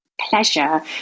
pleasure